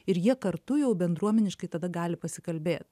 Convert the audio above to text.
ir jie kartu jau bendruomeniškai tada gali pasikalbėt